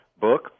book